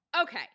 Okay